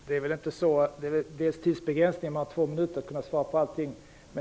Fru talman! Det är inte bara en fråga om tidsbegränsning, att man inte kan svara på allting på två minuter.